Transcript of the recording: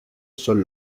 son